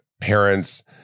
parents